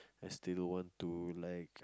I still want to like